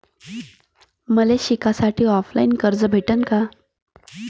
मले शिकासाठी ऑफलाईन कर्ज भेटन का?